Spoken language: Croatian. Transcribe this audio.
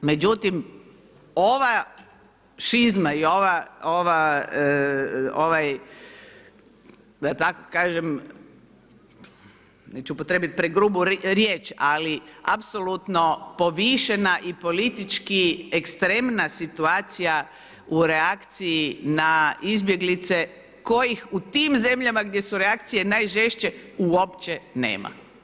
Međutim, ova šizma i ovaj da tako kažem, neću upotrijebit pregrubu riječ, ali apsolutno povišena i politički ekstremna situacija u reakciji na izbjeglice kojih u tim zemljama gdje su reakcije najžešće uopće nema.